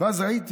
אז ראיתי